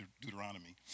Deuteronomy